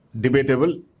debatable